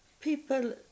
people